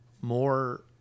more